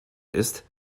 ist